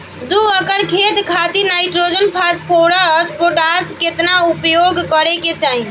दू एकड़ खेत खातिर नाइट्रोजन फास्फोरस पोटाश केतना उपयोग करे के चाहीं?